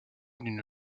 d’une